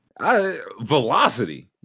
velocity